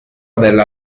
della